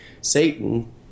Satan